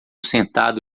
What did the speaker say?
sentado